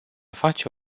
face